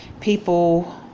people